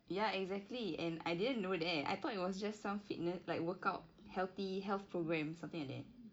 ya exactly and I didn't know that I thought it was just some fitness like workout healthy health program something like that